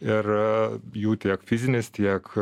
ir jų tiek fizinis tiek